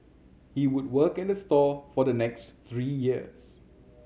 he would work at the store for the next three years